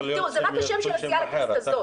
זה שם הסיעה רק בכנסת הזאת.